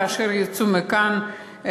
כאשר יצאו מכאן,